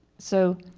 so,